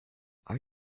are